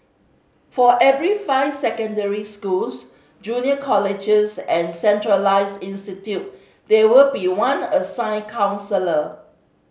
for every five secondary schools junior colleges and centralised institute there will be one assigned counsellor